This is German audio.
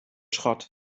schrott